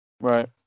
Right